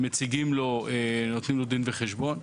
שמציגים לו את המצב ונותנים לו דין וחשבון.